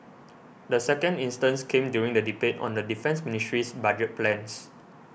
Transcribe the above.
the second instance came during the debate on the Defence Ministry's budget plans